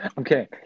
Okay